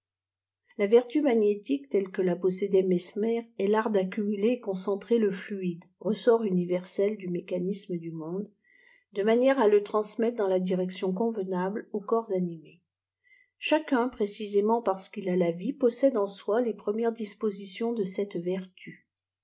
la vertu magnétique telle que la possédait mesmer est tart d'accumuler et concentrer le fluide ressort universel du mécanisme du monde de manière à le transmettre dans la direction convenable aux corps animés chacun précisément parce qu'î a la vie possède en soi les premières dispositions d xette vertu